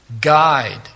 guide